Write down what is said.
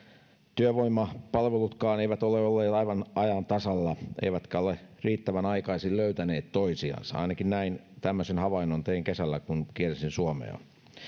työvoimapalvelutkaan eivät ole olleet aivan ajan tasalla eivätkä ole riittävän aikaisin löytäneet toisiansa ainakin tämmöisen havainnon tein kesällä kun kiersin suomea